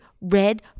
red